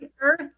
earth